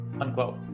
Unquote